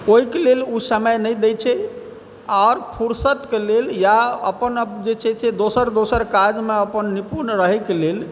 ओहिके लेल ओ समय नहि दै छै या फुरसतके लेल या अपन जे छै दोसर दोसर काजमे अपन निपुण रहैके लेल